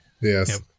Yes